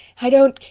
i don't.